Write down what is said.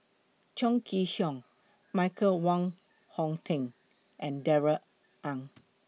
Chong Kee Hiong Michael Wong Hong Teng and Darrell Ang